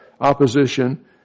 opposition